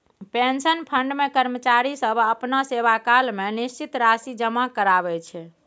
pension fund मे कर्मचारी सब अपना सेवाकाल मे निश्चित राशि जमा कराबै छै